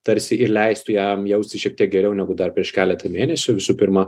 tarsi ir leistų jam jaustis šiek tiek geriau negu dar prieš keletą mėnesių visų pirma